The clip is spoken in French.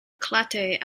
clarté